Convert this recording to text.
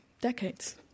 decades